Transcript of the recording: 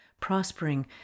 prospering